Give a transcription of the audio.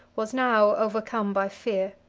was now overcome by fear.